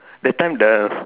that time the